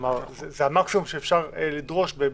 כלומר זה המקסימום שאפשר לדרוש.